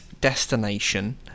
destination